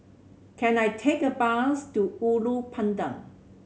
can I take a bus to Ulu Pandan